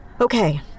Okay